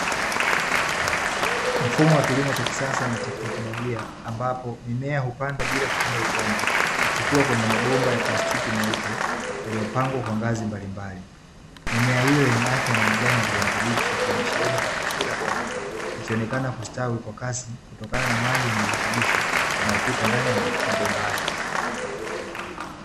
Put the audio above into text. Mfumo wa kilimo cha kisasa na kiteknolojia ambapo mimea hupandwa bila kutumia udongo, ikikua kwenye mabomba ya plastiki meupe yaliyopangwa kwa ngazi mbalimbali. Mimea hiyo yenye afya na majani ya kijani kibichi imesheheni katika kila bomba ikionekana kustawi kwa kasi kutokana na maji yenye virutubisho yanaopita ndani ya mabomba hayo.